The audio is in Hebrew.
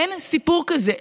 אין סיפור כזה,